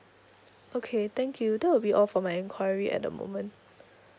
okay thank you that will be all for my enquiry at the moment